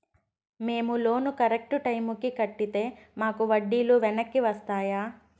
మేము loan correct టైముకి కట్టితే మాకు వడ్డీ లు వెనక్కి వస్తాయా?